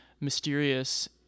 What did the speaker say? mysterious